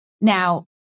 Now